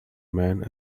man